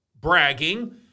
bragging